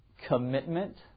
commitment